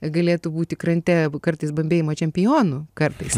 galėtų būti krante kartais bambėjimo čempionu kartais